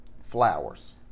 flowers